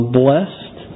blessed